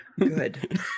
good